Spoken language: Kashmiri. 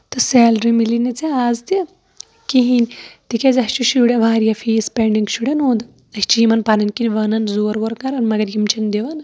تہٕ سیلری مِلی نہٕ ژےٚ آز تہِ کِہینۍ تِکیازِ اَسہِ چھُ شُرٮ۪ن واریاہ فیٖس پینڈِنگ شُرٮ۪ن ہُنٛد أسۍ چھِ یِمن پَنٕنۍ کِنۍ وَنان زور وور کران مَگر یِم چھِنہٕ دِوان